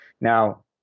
Now